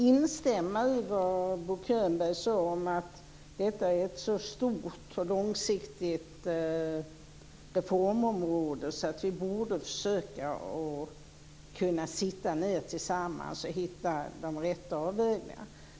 Fru talman! Jag vill bara instämma i vad Bo Könberg sade om att detta är ett så stort och långsiktigt reformområde att vi borde sitta ned tillsammans och försöka hitta de rätta avvägningarna.